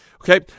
Okay